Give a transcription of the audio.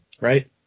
right